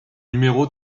numéro